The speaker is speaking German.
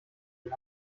die